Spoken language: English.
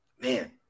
man